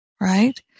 right